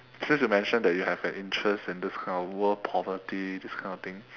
since you mentioned that you have an interest in this kind of world poverty this kind of thing